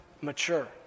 Mature